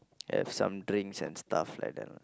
have some drinks and stuff like that lah